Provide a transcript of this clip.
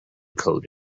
code